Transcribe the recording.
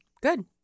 good